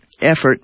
effort